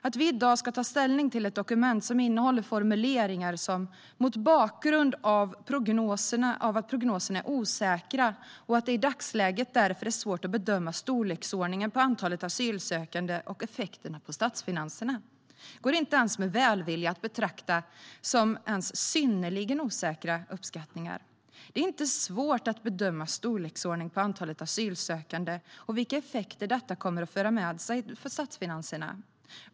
Vi ska i dag ta ställning till ett dokument som innehåller sådana formuleringar som "mot bakgrund av att prognoserna är osäkra och att det i dagsläget därför är svårt att bedöma storleksordningen på antalet asylsökande och effekterna på statsfinanserna". Det går inte ens med välvilja att betrakta som ens synnerligt osäkra uppskattningar. Det är inte svårt att bedöma storleksordningen på antalet asylsökande och vilka effekter detta kommer att föra med sig på statsfinanserna.